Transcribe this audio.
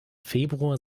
februar